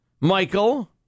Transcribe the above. Michael